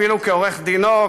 אפילו כעורך-דינו,